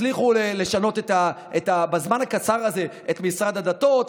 תצליחו לשנות בזמן הקצר הזה את משרד הדתות,